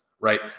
right